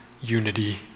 unity